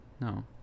No